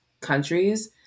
countries